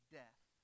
death